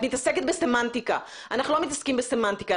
את מעסקת בסמנטיקה, אנחנו לא מתעסקים בסמנטיקה.